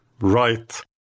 right